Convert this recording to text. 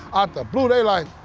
out the blue, they like,